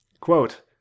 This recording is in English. Quote